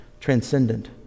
transcendent